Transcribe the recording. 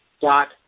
dot